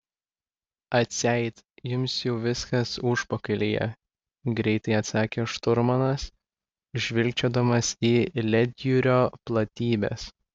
atseit jums jau viskas užpakalyje greitai atsakė šturmanas žvilgčiodamas į ledjūrio platybes